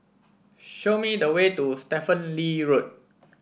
show me the way to Stephen Lee Road